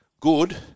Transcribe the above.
good